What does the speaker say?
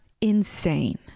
insane